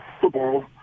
football